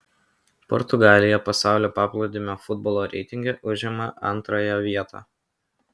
portugalija pasaulio paplūdimio futbolo reitinge užima antrąją vietą